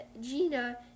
Gina